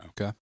Okay